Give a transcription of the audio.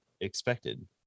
expected